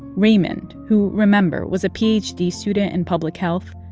raymond, who remember was a ph d. student in public health,